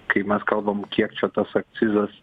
kai mes kalbam kiek čia tas akcizas